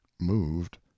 moved